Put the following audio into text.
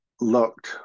looked